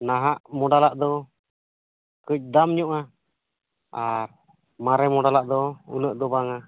ᱱᱟᱦᱟᱜ ᱢᱚᱰᱮᱞᱟᱜ ᱫᱚ ᱠᱟᱹᱡ ᱫᱟᱢ ᱧᱚᱜᱼᱟ ᱟᱨ ᱢᱟᱨᱮ ᱢᱚᱰᱮᱞᱟᱜ ᱫᱚ ᱩᱱᱟᱹᱜ ᱫᱚ ᱵᱟᱝᱼᱟ